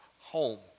home